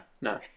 no